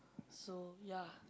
so ya